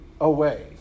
away